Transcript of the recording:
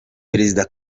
perezida